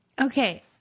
Okay